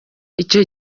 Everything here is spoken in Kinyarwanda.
icyo